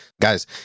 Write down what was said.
guys